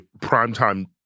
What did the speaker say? primetime